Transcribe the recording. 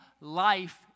life